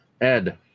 Ed